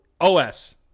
O-S